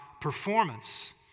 performance